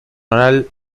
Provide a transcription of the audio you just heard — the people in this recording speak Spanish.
oral